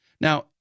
Now